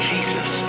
Jesus